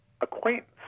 acquaintance